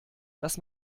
dass